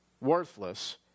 worthless